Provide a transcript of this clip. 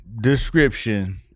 description